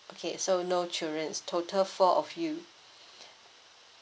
okay so no children total four of you